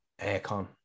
aircon